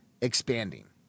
expanding